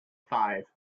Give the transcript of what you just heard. five